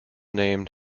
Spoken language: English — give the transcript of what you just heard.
named